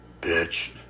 Bitch